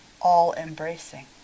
all-embracing